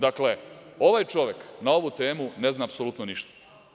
Dakle, ovaj čovek na ovu temu ne zna apsolutno ništa.